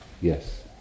Yes